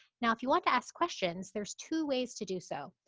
now, if you want to ask questions, there's two ways to do so.